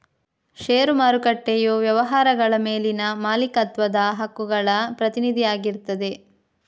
ಷೇರು ಮಾರುಕಟ್ಟೆಯು ವ್ಯವಹಾರಗಳ ಮೇಲಿನ ಮಾಲೀಕತ್ವದ ಹಕ್ಕುಗಳ ಪ್ರತಿನಿಧಿ ಆಗಿರ್ತದೆ